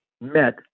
met